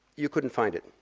you couldn't find it,